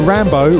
Rambo